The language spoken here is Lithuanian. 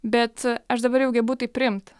bet aš dabar jau gebu tai priimt